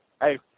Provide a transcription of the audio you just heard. hey